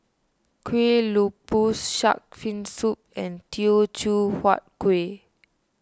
Kueh Lopes Shark's Fin Soup and Teochew Huat Kuih